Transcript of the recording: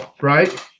right